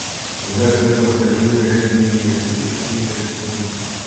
tada titas pažiūri edžiui į akis ir giliai atsidūsta